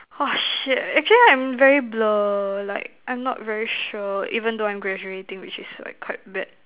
ah shit actually I'm very blur like I'm not very sure even though I'm graduating which is like quite bad